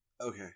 Okay